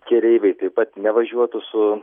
keleiviai taip pat nevažiuotų su